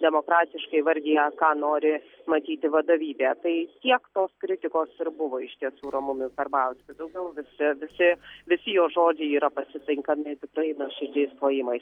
demokratiškai vardija ką nori matyti vadovybė tai tiek tos kritikos ir buvo iš tiesų ramūnui karbauskiui daugiau visi visi visi jo žodžiai yra pasitinkami tikrai nuoširdžiais plojimai